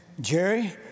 Jerry